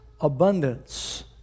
abundance